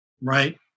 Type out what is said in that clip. right